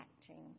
acting